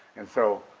and so,